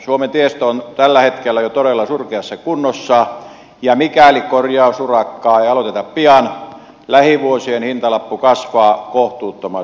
suomen tiestö on jo tällä hetkellä todella surkeassa kunnossa ja mikäli korjausurakkaa ei aloiteta pian lähivuosien hintalappu kasvaa kohtuuttoman suureksi